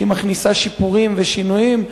שהיא מכניסה שיפורים ושינויים.